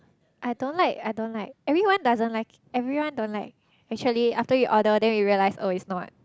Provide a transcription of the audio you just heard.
I don't like I don't like everyone doesn't like everyone don't like actually after you order then you realise oh it's not